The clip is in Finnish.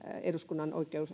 eduskunnan